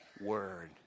word